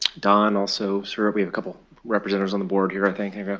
dawn also serve. we have a couple representers on the board here, i think